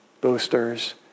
boosters